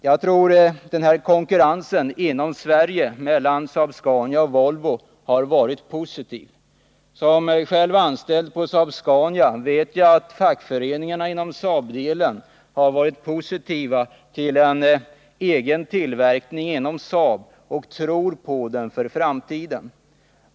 Jag tror att konkurrensen inom Sverige mellan Saab-Scania och Volvo varit positiv. Som anställd på Saab-Scania vet jag att fackföreningarna inom Saabdelen varit positiva till en egen tillverkning inom Saab och tror på den för framtiden.